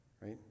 right